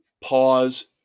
Pause